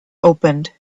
opened